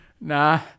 Nah